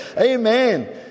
Amen